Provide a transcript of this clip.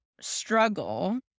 struggle